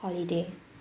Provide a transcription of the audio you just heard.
holiday